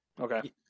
Okay